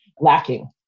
lacking